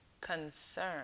concern